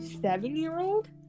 seven-year-old